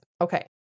Okay